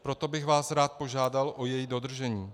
Proto bych vás rád požádal o její dodržení.